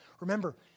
Remember